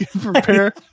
prepare